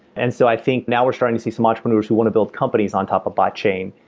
and so i think, now we're starting to see some entrepreneurs who want to build companies on top of botchain,